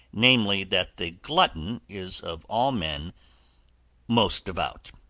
namely that the glutton is of all men most devout.